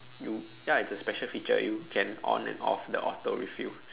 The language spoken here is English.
you ya it's a special feature you can on and off the auto refill